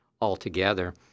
altogether